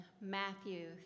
Matthew